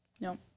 No